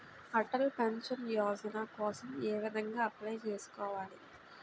Atal pension Yojana కోసం ఏ విధంగా అప్లయ్ చేసుకోవాలి?